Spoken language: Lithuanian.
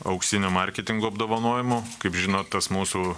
auksiniu marketingo apdovanojimu kaip žinot tas mūsų